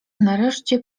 nareszcie